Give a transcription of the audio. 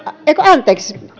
anteeksi